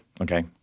okay